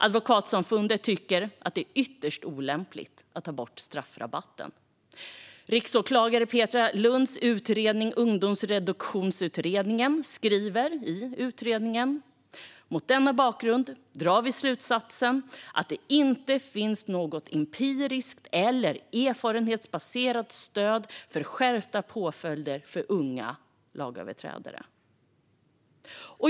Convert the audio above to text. Advokatsamfundet tycker att det är ytterst olämpligt att ta bort straffrabatten. I riksåklagare Petra Lunds utredning, Ungdomsreduktionsutredningen , står det: "Mot denna bakgrund drar vi slutsatsen att det inte finns något empiriskt, eller erfarenhetsbaserat, stöd för skärpta påföljder för unga lagöverträdare."